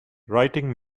writing